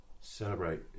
celebrate